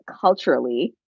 culturally